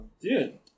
Dude